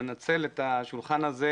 לנצל את השולחן הזה,